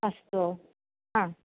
अस्तु